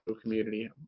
community